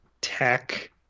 tech